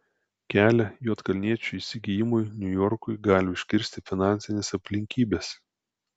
kelią juodkalniečio įsigijimui niujorkui gali užkirsti finansinės aplinkybės